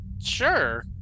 Sure